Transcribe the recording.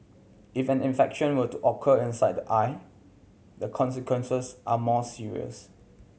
if an infection were to occur inside the eye the consequences are more serious